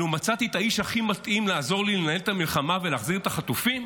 מצאתי את האיש הכי מתאים לעזור לי לנהל את המלחמה ולהחזיר את החטופים?